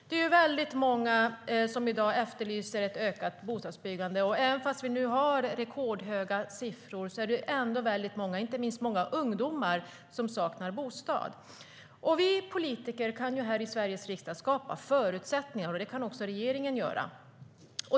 Det är många som i dag efterlyser ett ökat bostadsbyggande, och även om vi nu har rekordhöga siffror är det många, inte minst många ungdomar, som saknar bostad. Vi politiker kan här i Sveriges riksdag skapa förutsättningar. Det kan också regeringen göra.